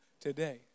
today